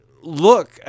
look